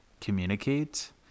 communicate